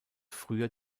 früher